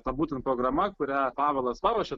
ta būtent programa kurią pavelas paruošė